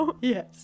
Yes